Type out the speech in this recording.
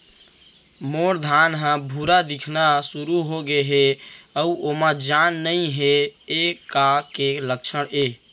मोर धान ह भूरा दिखना शुरू होगे हे अऊ ओमा जान नही हे ये का के लक्षण ये?